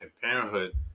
parenthood